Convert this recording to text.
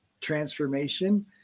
transformation